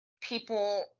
people